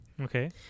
Okay